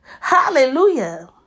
hallelujah